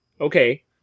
Okay